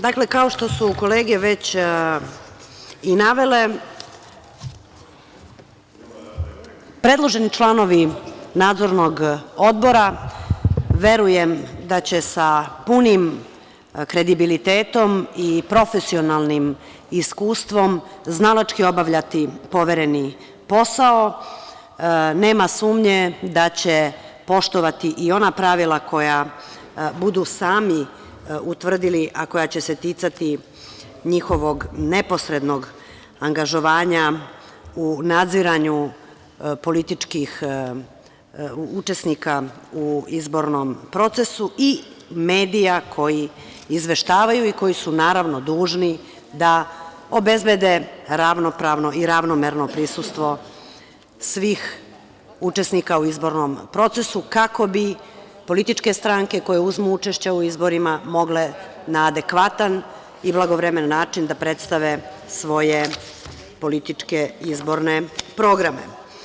Dakle, kao što su kolege već i navele, predloženi članovi Nadzornog odbora verujem da će sa punim kredibilitetom i profesionalnim iskustvom znalački obavljati povereni posao, nema sumnje da će poštovati i ona pravila koja budu sami utvrdili, a koja će se ticati njihovog neposrednog angažovanja u nadziranju političkih učesnika u izbornom procesu i medija koji izveštavaju i koji su naravno dužni da obezbede ravnopravno i ravnomerno prisustvo svih učesnika u izbornom procesu, kako bi političke stranke koje uzmu učešća u izborima mogle na adekvatan i blagovremen način da predstave svoje političke izborne programe.